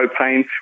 propane